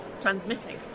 transmitting